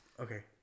okay